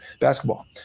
basketball